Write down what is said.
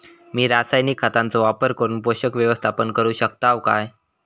मी रासायनिक खतांचो वापर करून पोषक व्यवस्थापन करू शकताव काय?